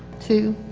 two.